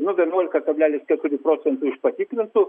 nu vienuolika kablelis keturi procentai iš patikrintų